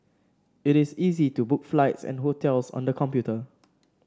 it is easy to book flights and hotels on the computer